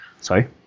Sorry